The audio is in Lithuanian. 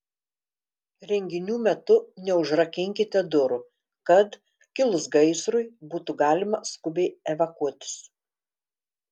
renginių metu neužrakinkite durų kad kilus gaisrui būtų galima skubiai evakuotis